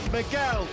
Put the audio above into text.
Miguel